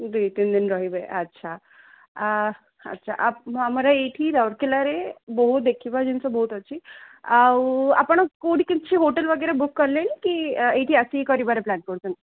ଦୁଇ ତିନ ଦିନ ରହିବେ ଆଛା ଆ ଆଛା ଆମର ଏଇଠି ରାଉଲକେଲାରେ ବହୁତ ଦେଖିବା ଜିନିଷ ବହୁତ ଅଛି ଆଉ ଆପଣ କୋଉଠି କିଛି ହୋଟେଲ୍ ବଗେରା ବୁକ୍ କଲେଣି କି ଏଇଠି ଆସିକି କରିବାର ପ୍ଲାନ୍ କରୁଛନ୍ତି